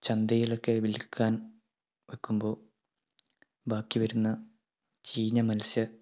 ചന്തയിലൊക്കെ വിൽക്കാൻ വയ്ക്കുമ്പോൾ ബാക്കി വരുന്ന ചീഞ്ഞ മത്സ്യ